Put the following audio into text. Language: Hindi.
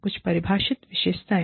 कुछ परिभाषित विशेषताएँ